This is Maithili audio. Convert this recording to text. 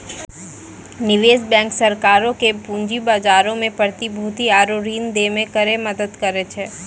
निवेश बैंक सरकारो के पूंजी बजारो मे प्रतिभूति आरु ऋण दै मे करै मदद करै छै